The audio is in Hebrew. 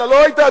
אתה לא היית,